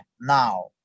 now